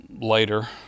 later